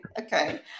okay